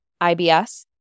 IBS